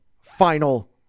final